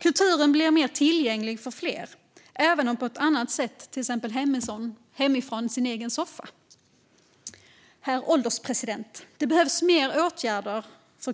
Kulturen blir mer tillgänglig för fler, även om det är på ett annat sätt, till exempel hemifrån den egna soffan. Herr ålderspresident! Det behövs fler åtgärder för